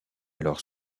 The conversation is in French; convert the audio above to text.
alors